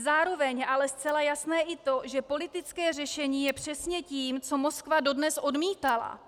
Zároveň ale je zcela jasné i to, že politické řešení je přesně tím, co Moskva dodnes odmítala.